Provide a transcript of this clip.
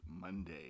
Monday